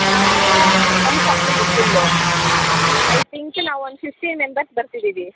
ನಾವು ನಮ್ಮ family full I think ನಾವೊಂದು ಫಿಫ್ಟೀನ್ ಮೆಂಬರ್ಸ್ ಬರ್ತಿದ್ದೀವಿ